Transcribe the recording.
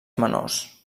menors